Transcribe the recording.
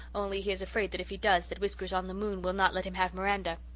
only he is afraid that if he does that whiskers-on-the-moon will not let him have miranda.